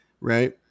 right